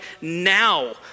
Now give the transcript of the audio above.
now